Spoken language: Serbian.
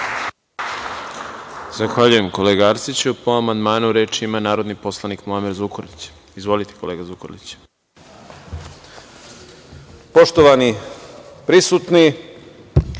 Zahvaljujem, kolega Arsiću. Po amandmanu, reč ima narodni poslanik Muamer Zukorlić. Izvolite. **Muamer Zukorlić** Poštovani prisutni,